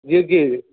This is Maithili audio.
जी जी